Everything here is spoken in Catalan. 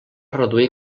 reduir